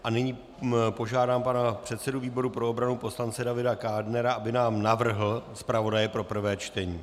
A nyní požádám pana předsedu výboru pro obranu poslance Davida Kádnera, aby nám navrhl zpravodaje pro prvé čtení.